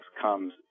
comes